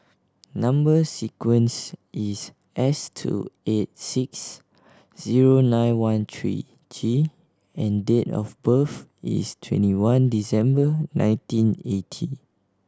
number sequence is S two eight six zero nine one three G and date of birth is twenty one December nineteen eighty